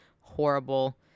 Horrible